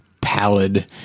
pallid